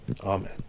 amen